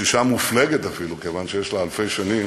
ישישה מופלגת אפילו, כיוון שיש לה אלפי שנים,